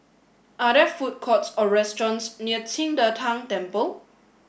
are there food courts or restaurants near Qing De Tang Temple